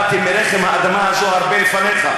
באתי מרחם האדמה הזאת הרבה לפניך.